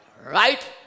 right